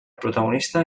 protagonista